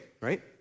right